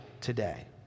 today